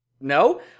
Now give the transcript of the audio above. No